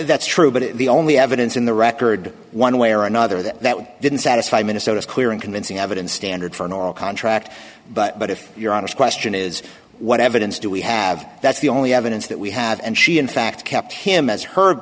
that's true but the only evidence in the record one way or another that we didn't satisfy minnesota's clear and convincing evidence standard for an oral contract but if you're honest question is what evidence do we have that's the only evidence that we have and she in fact kept him as her